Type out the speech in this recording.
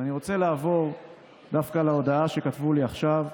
ואני רוצה לעבור דווקא להודעה שכתבו לי עכשיו.